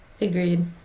agreed